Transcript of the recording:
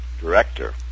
director